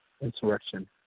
insurrection